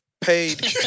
Paid